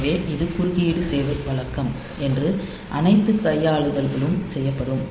எனவே இது குறுக்கீடு சேவை வழக்கம் என்று அனைத்து கையாளுதல்களும் செய்யப்படும்